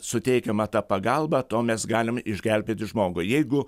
suteikiama ta pagalba tuo mes galim išgelbėti žmogų jeigu